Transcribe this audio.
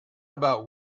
about